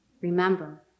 Remember